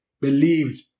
believed